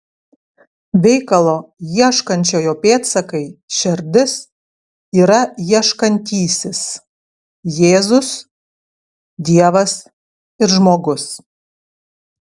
veikalo ieškančiojo pėdsakai šerdis yra ieškantysis jėzus dievas ir žmogus